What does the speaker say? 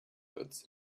goods